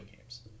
games